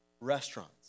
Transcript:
restaurants